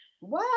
Wow